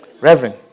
Reverend